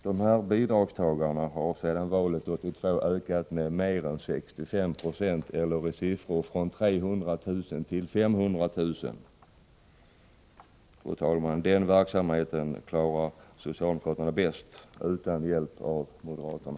Socialbidragstagarna har sedan valet 1982 ökat med mer än 65 96, eller i siffror från 300 000 till 500 000. Den verksamheten, fru talman, klarar socialdemokraterna bäst utan hjälp av moderaterna.